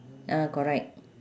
ah correct